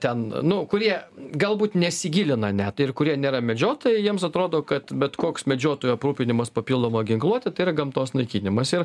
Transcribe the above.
ten nu kurie galbūt nesigilina net ir kurie nėra medžiotojai jiems atrodo kad bet koks medžiotojų aprūpinimas papildoma ginkluote tai yra gamtos naikinimas ir